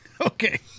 okay